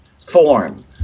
form